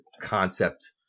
concept